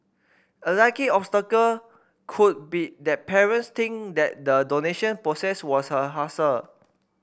a likely obstacle could be that parents think that the donation process was a hassle